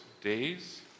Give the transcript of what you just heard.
days